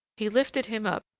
he lifted him up,